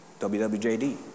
WWJD